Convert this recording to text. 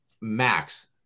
max